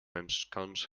ensconce